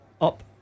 Up